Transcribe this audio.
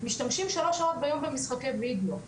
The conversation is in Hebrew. משתמשים שלוש שעות ביום במשחקי וידאו,